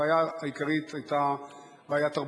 הבעיה העיקרית היתה בעיה תרבותית.